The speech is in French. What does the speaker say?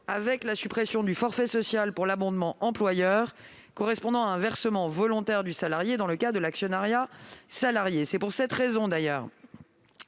avec la suppression du forfait social sur l'abondement employeur, qui correspond à un versement volontaire du salarié dans le cadre de l'actionnariat salarié. C'est d'ailleurs